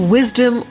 Wisdom